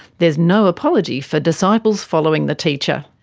there's no apology for disciples following the teacher.